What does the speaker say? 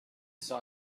saw